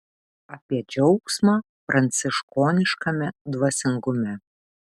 apie džiaugsmą pranciškoniškame dvasingume